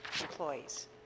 employees